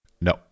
No